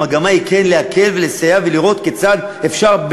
המגמה היא כן להקל ולסייע ולראות כיצד אפשר,